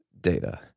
data